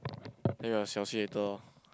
then got Xiao Xi later ah